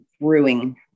brewing